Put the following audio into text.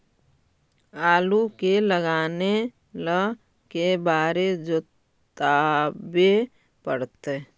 आलू के लगाने ल के बारे जोताबे पड़तै?